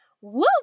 Woo